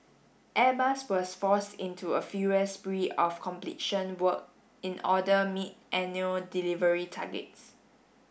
Airbus was forced into a furious spree of completion work in order meet annual delivery targets